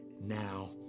now